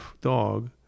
dog